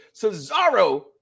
Cesaro